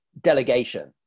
delegation